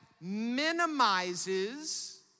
minimizes